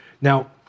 Now